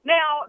Now